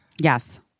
Yes